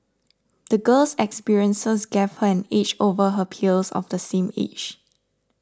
the girl's experiences gave her an edge over her peers of the same age